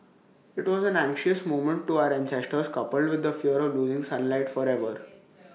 IT was an anxious moment to our ancestors coupled with the fear of losing sunlight forever